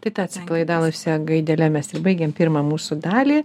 tai ta atsipalaidavusia gaidele mes ir baigiam pirmą mūsų dalį